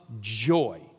joy